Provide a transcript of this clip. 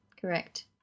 Correct